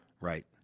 Right